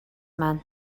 man